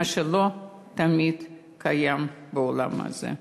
מה שלא תמיד קיים בעולם הזה.